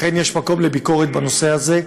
אכן יש מקום לביקורת בנושא הזה.